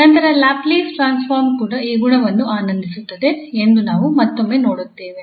ನಂತರ Laplace transform ಕೂಡ ಈ ಗುಣವನ್ನು ಆನಂದಿಸುತ್ತದೆ ಎಂದು ನಾವು ಮತ್ತೊಮ್ಮೆ ನೋಡುತ್ತೇವೆ